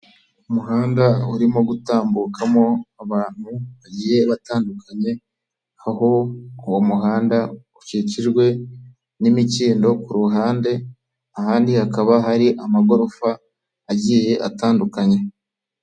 Umuhanda urimo gutambukamo abantu bagiye batandukanye aho uwo muhanda ukikijwe n'imikindo ku ruhande ahandi hakaba hari amagorofa agiye atandukanye.